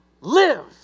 live